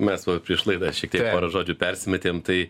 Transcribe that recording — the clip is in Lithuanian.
mes va prieš laidą šiek tiek žodžiu persimetėm tai